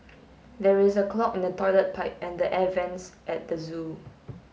there is a clog in the toilet pipe and the air vents at the zoo